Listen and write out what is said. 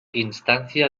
instancia